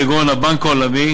כגון הבנק העולמי